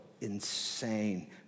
insane